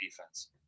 defense